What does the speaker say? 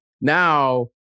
Now